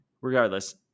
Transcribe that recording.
Regardless